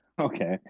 okay